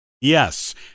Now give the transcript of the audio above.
Yes